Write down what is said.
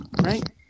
Right